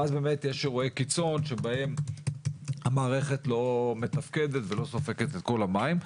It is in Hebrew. ואז באמת יש אירועי קיצון שבהם המערכת לא מתפקדת ולא סופקת את כל המים.